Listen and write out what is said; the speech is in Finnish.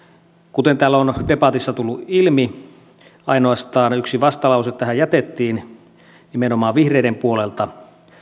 kuten täällä on on debatissa tullut ilmi ainoastaan yksi vastalause tähän jätettiin nimenomaan vihreiden puolelta